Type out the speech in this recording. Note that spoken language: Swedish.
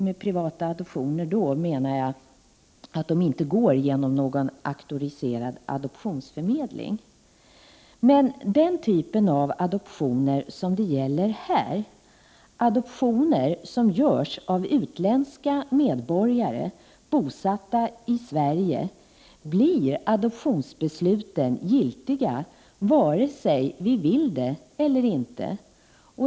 Med privata adoptioner menar jag då att de inte går genom någon auktoriserad adoptionsförmedling. Men för den typ av adoptioner som det gäller här, adoptioner som görs av utländska medborgare bosatta i Sverige, blir adoptionsbesluten giltiga vare sig vi vill det eller inte.